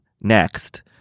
next